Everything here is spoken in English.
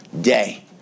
day